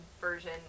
version